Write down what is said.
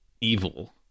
evil